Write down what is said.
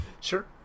Sure